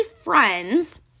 friends